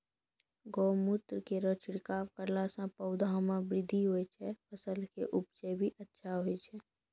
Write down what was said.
गौमूत्र केरो छिड़काव करला से पौधा मे बृद्धि होय छै फसल के उपजे भी अच्छा होय छै?